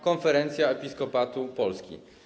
Konferencja Episkopatu Polski.